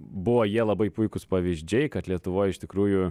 buvo jie labai puikūs pavyzdžiai kad lietuvoj iš tikrųjų